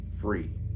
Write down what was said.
free